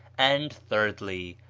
and, thirdly,